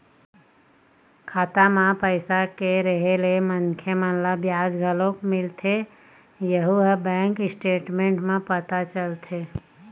खाता म पइसा के रेहे ले मनखे मन ल बियाज घलोक मिलथे यहूँ ह बैंक स्टेटमेंट म पता चलथे